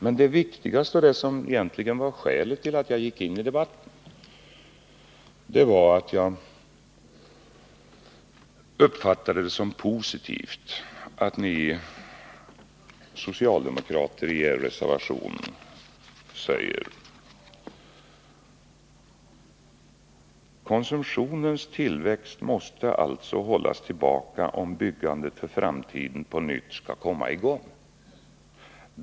Men det viktigaste och det som egentligen var skälet till att jag gick in i debatten var att jag uppfattar det som positivt att ni socialdemokrater i er reservation säger: ”Konsumtionens tillväxt måste alltså hållas tillbaka om byggandet för framtiden på nytt skall kunna komma igång.